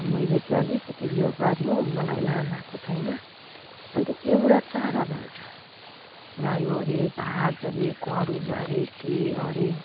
मैले चाहिँ अलिकति ऊ यो गर्नु मलाई नाम आएको छैन अनि त एउटा चरा भन्छ रायो अरे भाज अरे गरुड अरे के अरे